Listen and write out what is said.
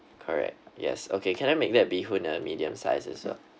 correct yes okay can I make that bee hoon a medium size as well